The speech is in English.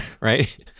right